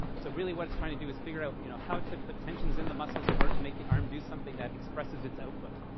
so really, what it's trying to do is figure out you know how to put tensions in the muscles in order to make the arm do something that expresses its output,